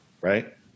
Right